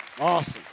Awesome